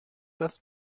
das